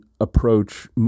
approach